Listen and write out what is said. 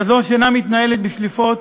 כזאת שאיננה מתנהלת בשליפות